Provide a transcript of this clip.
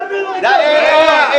אני לא אצא.